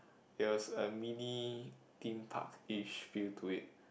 there was a mini Theme Park ish bulding to it